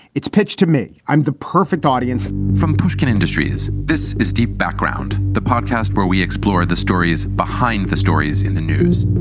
its pitch to me i'm the perfect audience from pushkin industries. this is deep background, the podcast where we explore the stories behind the stories in the news.